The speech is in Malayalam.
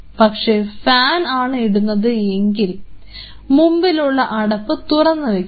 പക്ഷേ ഫാൻ ആണ് ഇടുന്നത് എങ്കിൽ മുമ്പിലുള്ള അടപ്പ് തുറന്നു വയ്ക്കുക